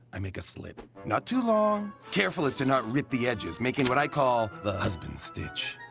i make a slit, not too long, careful as to not rip the edges, making what i call the husband stitch.